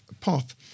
path